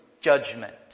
judgment